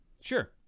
sure